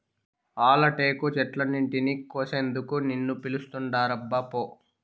ఆల టేకు చెట్లన్నింటినీ కోసేందుకు నిన్ను పిలుస్తాండారబ్బా పో